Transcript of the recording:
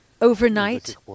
Overnight